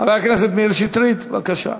חבר הכנסת מאיר שטרית, בבקשה.